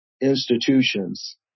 institutions